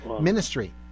ministry